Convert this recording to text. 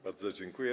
Bardzo dziękuję.